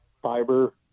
fiber